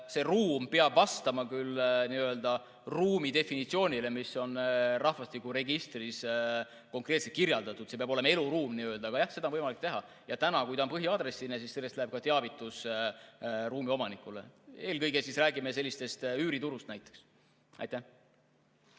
See ruum peab vastama küll ruumi definitsioonile, mis on rahvastikuregistris konkreetselt kirjeldatud, see peab olema eluruum. Aga jah, seda on võimalik teha. Praegu on nii, et kui ta on põhiaadressina, siis sellest läheb teavitus ka ruumi omanikule. Eelkõige räägime sellistel puhkudel näiteks